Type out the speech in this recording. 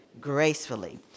gracefully